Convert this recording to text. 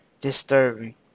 disturbing